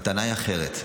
הטענה היא אחרת.